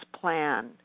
plan